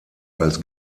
als